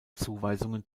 zuweisungen